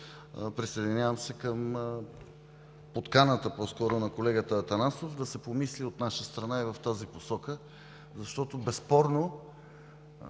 присъединявам към подканата на колегата Атанасов да се помисли от наша страна и в тази посока, защото безспорно